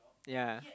ya